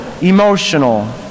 emotional